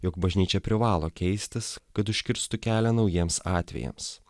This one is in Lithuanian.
jog bažnyčia privalo keistis kad užkirstų kelią naujiems atvejams